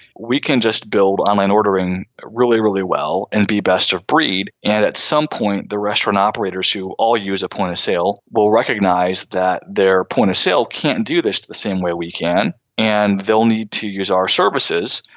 we can just build online ordering really, really well and be best of breed. and at some point, the restaurant operators who all use a point of sale will recognize that their point of sale can't do this the same way we can. and they'll need to use our services,